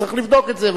צריך לבדוק את זה,